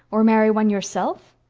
or marry one yourself?